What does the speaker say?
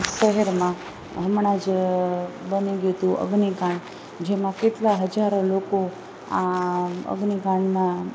શહેરમાં હમણાં જ બની ગ્યું તું અગ્નિકાંડ જેમાં કેટલા હજારો લોકો આ અગ્નિકાંડમાં